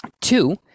Two